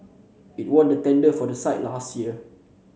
it won the tender for that site last year